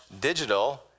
digital